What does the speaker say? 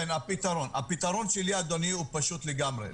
הפתרון שלי, אדוני, הוא פשוט לגמרי.